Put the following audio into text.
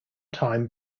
time